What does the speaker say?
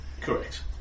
Correct